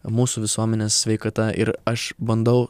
mūsų visuomenės sveikata ir aš bandau